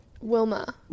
Wilma